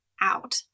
out